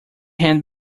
hand